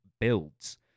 builds